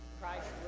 Christ